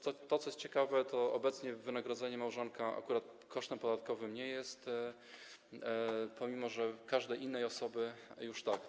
Co jest ciekawe, to to, że obecnie wynagrodzenie małżonka akurat kosztem podatkowym nie jest, pomimo że każdej innej osoby już tak.